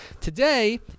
Today